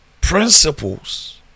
principles